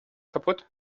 kaputt